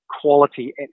quality